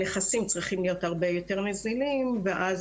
הנכסים צריכים להיות הרבה יותר נזילים ואז